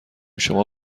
شما